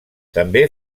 també